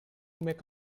make